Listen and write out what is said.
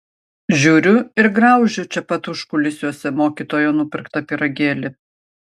žiūriu ir graužiu čia pat užkulisiuose mokytojo nupirktą pyragėlį